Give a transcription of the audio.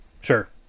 Sure